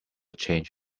change